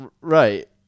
Right